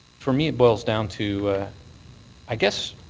for me it boils down to i guess